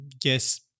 guess